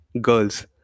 Girls